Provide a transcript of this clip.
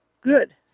Good